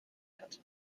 hat